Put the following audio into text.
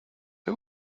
who